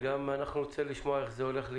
אנחנו נרצה לשמוע איך זה הולך להיות